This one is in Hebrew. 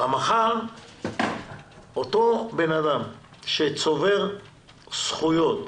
אותו אדם שצובר זכויות